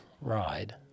ride